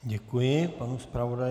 Děkuji panu zpravodaji.